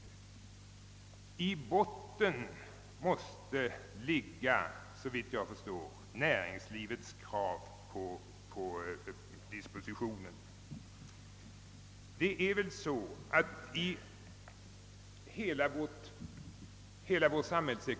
Som riktpunkt måste såvitt jag förstår ligga näringslivets krav på dispositionen.